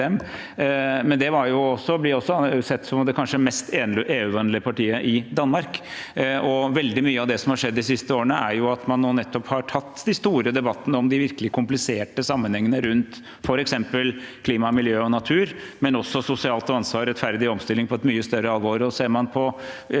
dem. Det blir også sett på som det kanskje mest EU-vennlige partiet i Danmark. Veldig mye av det som har skjedd de siste årene, er at man nettopp har tatt de store debattene om de virkelig kompliserte sammenhengene rundt f.eks. klima, miljø og natur, men også sosialt ansvar og rettferdig omstilling, på et mye større alvor. Ser man på